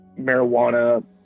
marijuana